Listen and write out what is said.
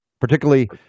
particularly